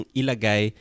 ilagay